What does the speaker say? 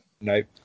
Nope